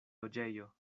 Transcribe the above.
loĝejo